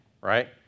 right